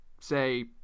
say